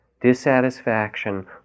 dissatisfaction